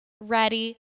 ready